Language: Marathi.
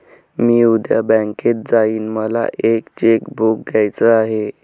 मी उद्या बँकेत जाईन मला एक चेक बुक घ्यायच आहे